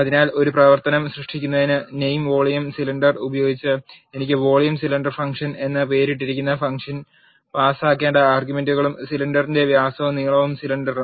അതിനാൽ ഒരു പ്രവർത്തനം സൃഷ്ടിക്കുന്നതിന് നെയിം വോളിയം സിലിണ്ടർ ഉപയോഗിച്ച് എനിക്ക് വോളിയം സിലിണ്ടർ ഫംഗ്ഷൻ എന്ന് പേരിട്ടിരിക്കുന്ന ഫംഗ്ഷനും പാസാക്കേണ്ട ആർഗ്യുമെന്റുകളും സിലിണ്ടറിന്റെ വ്യാസവും നീളവുമാണ് സിലിണ്ടർ